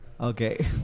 okay